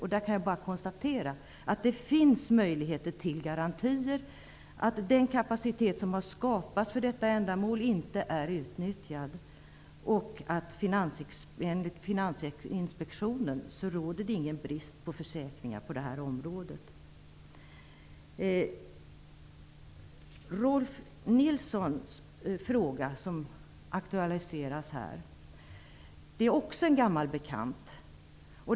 Jag kan bara konstatera att det finns möjlighet till garantier. Den kapacitet som skapats för detta ändamål är inte utnyttjad. Enligt Finansinspektionen råder det ingen brist på försäkringar på detta område. Den fråga som Rolf L Nilson aktualiserat är också en gammal bekant.